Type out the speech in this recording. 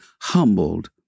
humbled